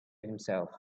himself